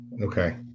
okay